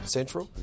Central